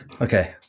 Okay